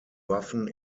waffen